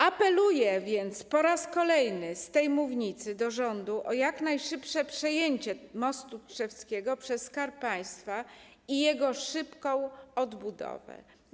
Apeluję więc po raz kolejny z tej mównicy do rządu o jak najszybsze przejęcie mostu tczewskiego przez Skarb Państwa i jego szybką odbudowę.